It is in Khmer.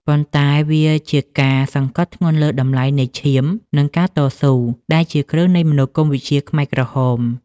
ប៉ុន្តែវាជាការសង្កត់ធ្ងន់លើតម្លៃនៃ ឈាម និង ការតស៊ូ ដែលជាគ្រឹះនៃមនោគមវិជ្ជាខ្មែរក្រហម។